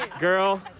Girl